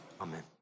Amen